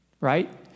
right